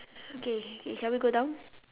okay okay okay shall we go down